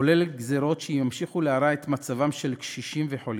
כולל גזירות שימשיכו להרע את מצבם של קשישים וחולים.